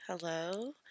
hello